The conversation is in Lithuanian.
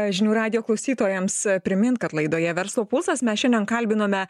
žinių radijo klausytojams primint kad laidoje verslo pulsas mes šiandien kalbinome